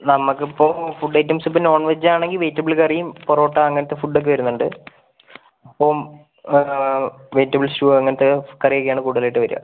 നമുക്ക് ഇപ്പം food items ഇപ്പം നോൺ വെജ് ആണെങ്കിൽ വെജിറ്റബിൾ കറിയും പൊറോട്ട അങ്ങനത്തെ ഫുഡ് ഒക്കെ വരുന്നുണ്ട് അപ്പം വെജിറ്റബിൾ സ്റ്റൂ അങ്ങനത്തെ കറി ഒക്കെയാണ് കൂടുതലായിട്ടും വരുക